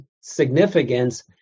significance